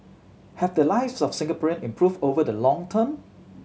have the lives of Singaporean improved over the long term